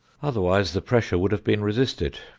otherwise the pressure would have been resisted.